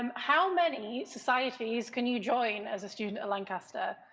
um how many societies can you join as a student at lancaster?